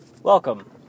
Welcome